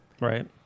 right